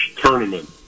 tournament